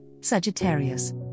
Sagittarius